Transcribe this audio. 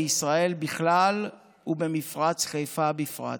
בישראל בכלל ובמפרץ חיפה בפרט.